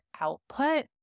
output